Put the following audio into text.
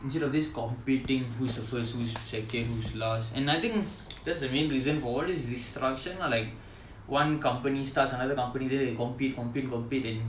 instead of this competing who's the first who's second who's last and I think that's the main reason for all these distruction lah like one company starts another company then they compete compete compete and